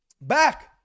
back